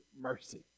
mercy